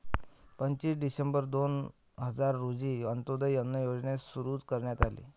पंचवीस डिसेंबर दोन हजार रोजी अंत्योदय अन्न योजना सुरू करण्यात आली